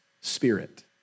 spirit